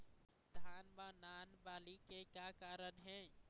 धान म नान बाली के का कारण हे?